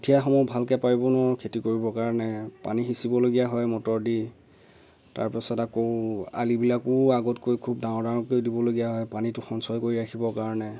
কঠিয়াসমূহ ভালকৈ পাৰিব নোৱাৰো খেতি কৰিবৰ কাৰণে পানী সিঁচিবলগীয়া হয় মটৰ দি তাৰ পিছত আকৌ আলিবিলাকো আগতকৈ ডাঙৰ ডাঙৰকৈ দিবলগীয়া হয় পানী সঞ্চয় কৰিবৰ কাৰণে